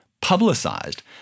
publicized